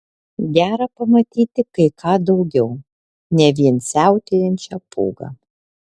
gera pamatyti kai ką daugiau ne vien siautėjančią pūgą